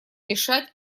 решать